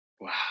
wow